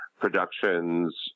productions